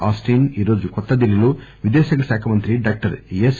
ఆస్టిస్ ఈరోజు కొత్త ఢిల్లీలో విదేశాంగ శాఖ మంత్రి డాక్టర్ ఎస్